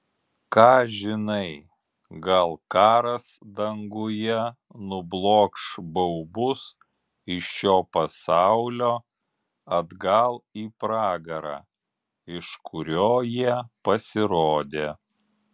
ką žinai gal karas danguje nublokš baubus iš šio pasaulio atgal į pragarą iš kurio jie pasirodė